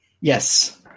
yes